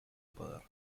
poder